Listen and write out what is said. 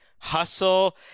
hustle